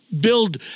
build